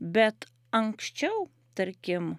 bet anksčiau tarkim